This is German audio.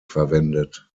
verwendet